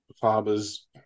farmer's